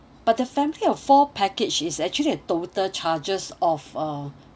but the family of four package is actually a total charges of uh